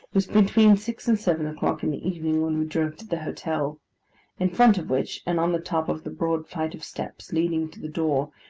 was between six and seven o'clock in the evening, when we drove to the hotel in front of which, and on the top of the broad flight of steps leading to the door,